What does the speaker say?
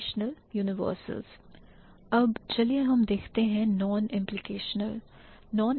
संदर्भ के लिए स्लाइड का समय 0920 अब चल दिए हम देखते हैं non implicational